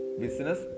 business